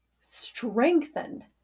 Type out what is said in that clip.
strengthened